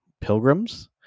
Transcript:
pilgrims